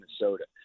minnesota